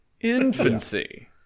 Infancy